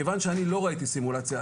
מכיוון שאני לא ראיתי סימולציה,